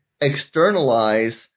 externalize